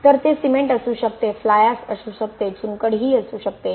तर ते सिमेंट असू शकते फ्लाय ऍश असू शकते चुनखडी असू शकते